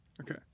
Okay